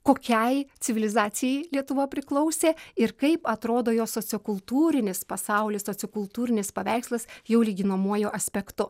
kokiai civilizacijai lietuva priklausė ir kaip atrodo jos sociokultūrinis pasaulis sociokultūrinis paveikslas jau lyginamuoju aspektu